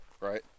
right